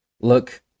Look